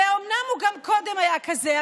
ואומנם הוא גם קודם היה כזה,